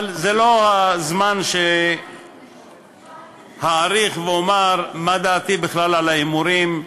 אבל זה לא הזמן שאאריך ואומר מה דעתי בכלל על הימורים.